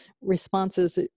responses